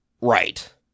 Right